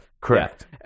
correct